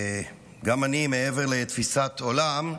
גם אני, מעבר לתפיסת עולם,